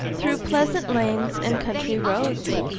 through pleasant lanes and country roads,